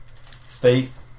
faith